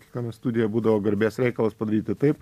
kiekviena studija būdavo garbės reikalas padaryti taip